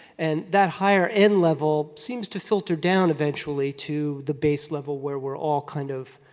and that higher end level seems to filter down eventually to the base level where we're all kind of,